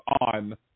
on